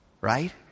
Right